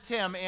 Tim